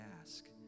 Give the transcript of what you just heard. ask